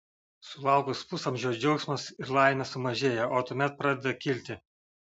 sulaukus pusamžio džiaugsmas ir laimė sumažėja o tuomet pradeda kilti